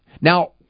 Now